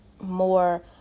more